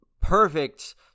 perfect